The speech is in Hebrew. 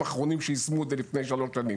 האחרונים שיישמו את זה לפני שלוש שנים.